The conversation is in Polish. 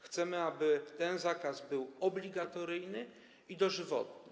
Chcemy, aby ten zakaz był obligatoryjny i dożywotni.